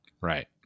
Right